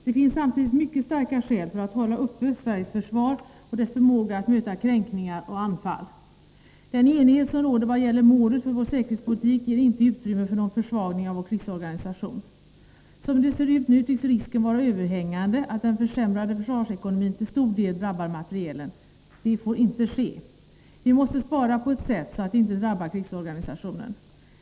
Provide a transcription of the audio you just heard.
Det finns samtidigt mycket starka skäl för att hålla uppe Sveriges försvar och dess förmåga att möta kränkningar och anfall. Den enighet som råder vad gäller målet för vår säkerhetspolitik ger inte utrymme för någon försvagning av vår krigsorganisation. Som det ser ut nu, tycks risken vara överhängande att den försämrade försvarsekonomin till stor del drabbar materielen. Detta får inte ske. Vi måste spara på ett sådant sätt att det inte drabbar krigsorganisationen.